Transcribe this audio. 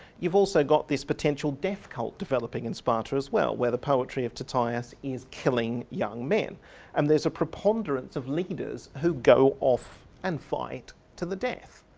you've also got this potential death cult developing in sparta as well where the poetry of tyrtaeus is killing young men and there's a preponderance of leaders who go off and fight to the death,